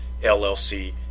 LLC